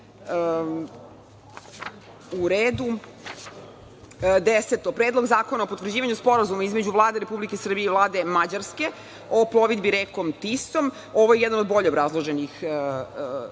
sredstva ako može. Predlog zakona o potvrđivanju Sporazuma o Vlade Republike Srbije i Vlade Mađarske o plovidbi rekom Tisom, ovo je jedan od bolje obrazloženih Predloga